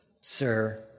sir